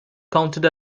counted